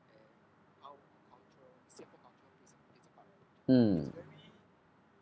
mm